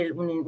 un